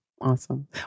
Awesome